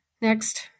Next